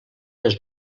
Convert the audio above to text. les